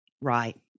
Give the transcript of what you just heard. Right